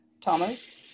Thomas